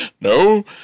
No